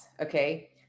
okay